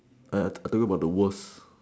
I tell you about the worse